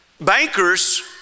Bankers